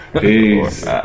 Peace